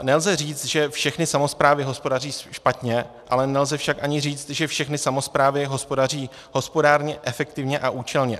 Nelze říct, že všechny samosprávy hospodaří špatně, ale nelze však ani říct, že všechny samosprávy hospodaří hospodárně, efektivně a účelně.